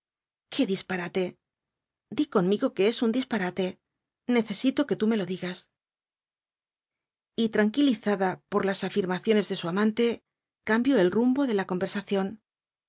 qué disparate di conmigo que es un disparate necesito que tú me lo digas y tranquilizada por las añrmaciones de su amante cambió el rumbo de la conversación